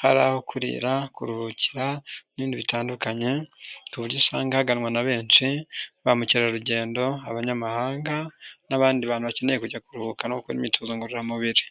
hari aho kurira, kuruhukira n'ibindi bitandukanye, ku buryo usanga haganwa na benshi, ba mukerarugendo, abanyamahanga n'abandi bantu bakeneye kujya kuruhuka no gukora imyitozo ngororamubiri.